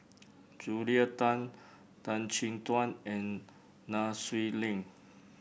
Julia Tan Tan Chin Tuan and Nai Swee Leng